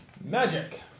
magic